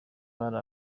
bari